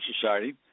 Society